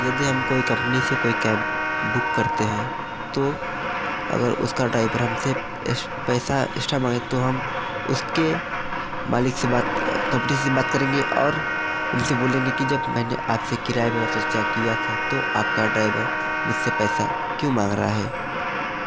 यदि हम कोई कम्पनी से कोई कैब बुक करते हैं तो अगर उसका ड्राइवर हमसे पैसा एक्स्ट्रा मांगे तो हम उसके मालिक से बात कंपनी से बात करेंगे और उनसे बोलेंगे कि जब मैंने आपसे किराया व्यवस्था चेक किया था तो आपका ड्राइवर मुझसे पैसा क्यों मांग रहा है